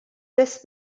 this